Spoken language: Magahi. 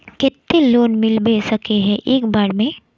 केते लोन मिलबे सके है एक बार में?